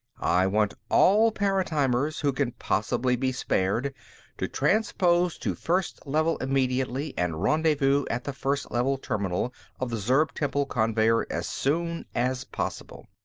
i want all paratimers who can possibly be spared to transpose to first level immediately and rendezvous at the first level terminal of the zurb temple conveyer as soon as possible.